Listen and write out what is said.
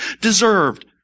deserved